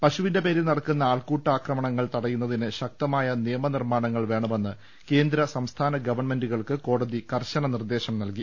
പശുവിന്റെ പേരിൽ നടക്കുന്ന ആൾക്കൂട്ട അക്രമങ്ങൾ തടയുന്നതിന് ശക്തമായ നിയമനിർമ്മാ ണങ്ങൾ വേണമെന്ന് കേന്ദ്ര സംസ്ഥാന ഗവൺമെന്റു കൾക്ക് കോടതി കർശന നിർദേശം നൽകി